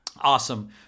Awesome